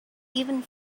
even